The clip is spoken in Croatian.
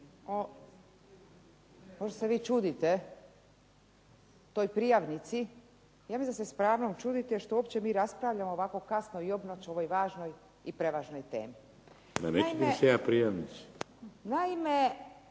Pošto se evo vi čudite toj prijavnici, ja mislim da se s pravom čudite što uopće mi raspravljamo ovako kasno i obnoć o ovoj važnoj i prevažnoj temi. **Šeks,